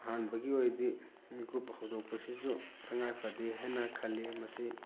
ꯑꯍꯥꯟꯕꯒꯤ ꯑꯣꯏꯗꯤ ꯒ꯭ꯔꯨꯞ ꯍꯧꯗꯣꯛꯄꯁꯤꯁꯨ ꯇꯉꯥꯏ ꯐꯗꯦ ꯍꯥꯏꯅ ꯈꯜꯂꯤ ꯃꯁꯤ